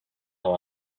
var